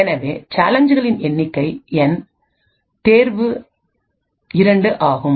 எனவேசேலஞ்சுகளின் எண்ணிக்கை என் தேர்வு 2 ஆகும்